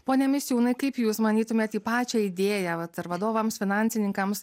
pone misiūnai kaip jūs manytumėt į pačią idėją vat ar vadovams finansininkams